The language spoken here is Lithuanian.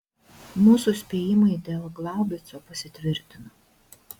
mūsų spėjimai dėl glaubico pasitvirtino